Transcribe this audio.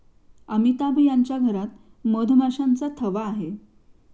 अमिताभ यांच्या घरात मधमाशांचा थवा आहे